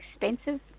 expensive